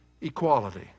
equality